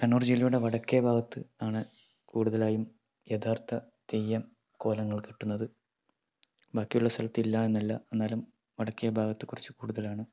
കണ്ണൂർ ജില്ലയുടെ വടക്കേ ഭാഗത്ത് ആണ് കൂടുതലായും യഥാർഥ തെയ്യം കോലങ്ങൾ കെട്ടുന്നത് ബാക്കിയുള്ള സ്ഥലത്ത് ഇല്ല എന്നല്ല എന്നാലും വടക്കേ ഭാഗത്ത് കുറച്ച് കൂടുതലാണ്